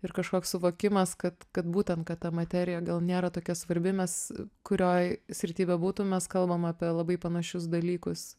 ir kažkoks suvokimas kad kad būtent kad ta materija gal nėra tokia svarbi mes kurioj srity bebūtum mes kalbam apie labai panašius dalykus